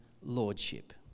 lordship